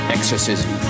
Exorcism